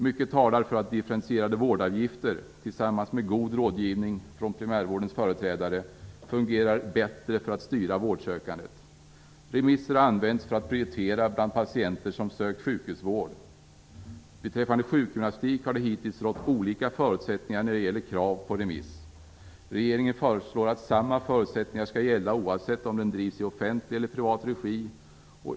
Mycket talar för att differentierade vårdavgifter, tillsammans med god rådgivning från primärvårdens företrädare, fungerar bättre för att styra vårdsökandet. Remisser har använts för att prioritera bland patienter som sökt sjukhusvård. Beträffande sjukgymnastik har det hittills rått olika förutsättningar när det gäller krav på remiss. Regeringen föreslår att samma förutsättningar skall gälla, oavsett om den drivs i offentlig eller privat regi.